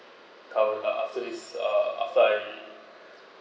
cover uh after this uh after I